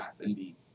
indeed